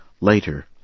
later